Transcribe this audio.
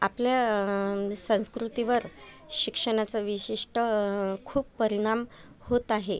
आपल्या संस्कृतीवर शिक्षणाचा विशिष्ट खूप परिणाम होत आहे